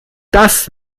das